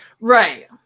Right